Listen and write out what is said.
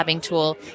tool